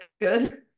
good